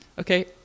Okay